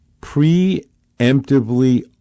preemptively